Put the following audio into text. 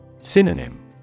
Synonym